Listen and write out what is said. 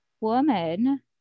woman